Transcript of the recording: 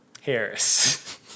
Harris